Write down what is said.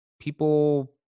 people